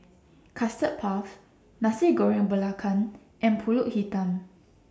Custard Puff Nasi Goreng Belacan and Pulut Hitam